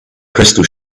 crystal